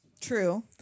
true